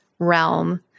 realm